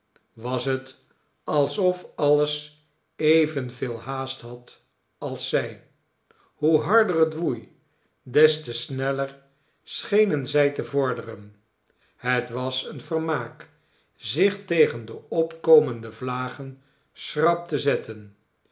was het alsof alles evenveel haast had als zij hoe harder het woei des te sneller schenen zij te vorderen het was een vermaak zich tegen de opkomende vlagen schrap te zetten